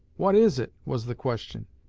what is it was the question.